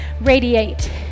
radiate